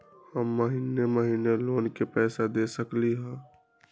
हम महिने महिने लोन के पैसा दे सकली ह?